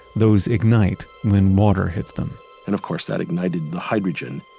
those ignite when water hits them and of course, that ignited the hydrogen.